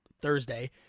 Thursday